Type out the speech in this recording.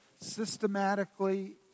systematically